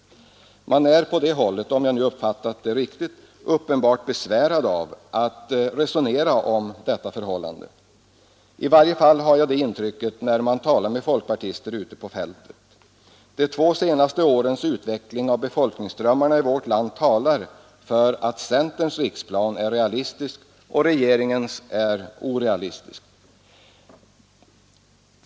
Man är på det hållet, om jag nu uppfattat det riktigt, uppenbart besvärad av att resonera om detta förhållande. I varje fall har jag det intrycket när jag talar med folkpartister ute på fältet. De två senaste årens utveckling av befolkningsströmmarna i vårt land talar för att centerns riksplan är realistisk och regeringens är orealistisk.